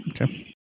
Okay